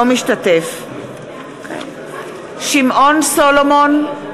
אינו משתתף בהצבעה שמעון סולומון,